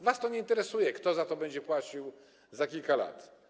Was nie interesuje, kto za to będzie płacił za kilka lat.